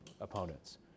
opponents